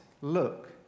look